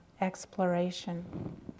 exploration